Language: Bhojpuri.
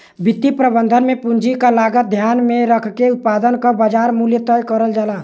वित्तीय प्रबंधन में पूंजी क लागत ध्यान में रखके उत्पाद क बाजार मूल्य तय करल जाला